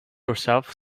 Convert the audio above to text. yourself